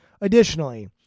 Additionally